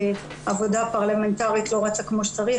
והעבודה הפרלמנטרית לא רצה כמו שצריך,